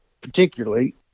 particularly